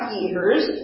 years